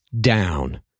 down